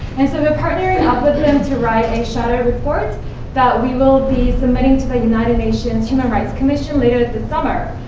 and so we're partnering up with them to write a ah report that we will be submitting to the united nations human rights commission later this summer.